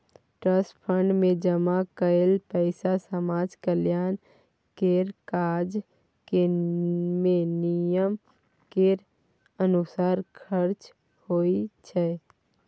trust fund मे जमा कएल पैसा समाज कल्याण केर काज मे नियम केर अनुसार खर्च होइ छै